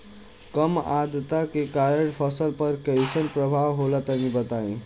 कम आद्रता के कारण फसल पर कैसन प्रभाव होला तनी बताई?